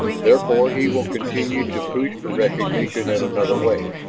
therefore he will continue to push for recognition in another way.